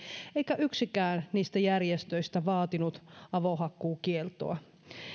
eikä yksikään niistä järjestöistä vaatinut avohakkuukieltoa